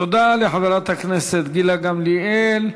תודה לחברת הכנסת גילה גמליאל.